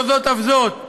לא זאת אף זאת,